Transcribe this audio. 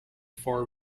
far